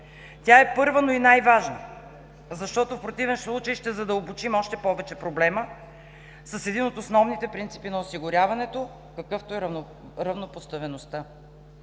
Тя е първа, но и най-важна, защото в противен случай ще задълбочим още повече проблема с един от основните принципи на осигуряването, какъвто е равнопоставеността.